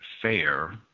fair